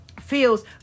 feels